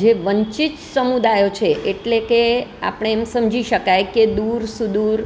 જે વંચિત સમુદાયો છે એટલે કે આપણે એમ સમજી શકાય કે દૂર સુદૂર